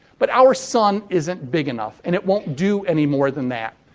but our sun isn't big enough and it won't do any more than that.